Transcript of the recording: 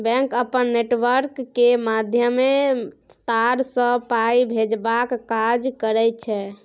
bank अपन network केर माध्यमे तार सँ पाइ भेजबाक काज करय छै